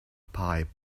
pipe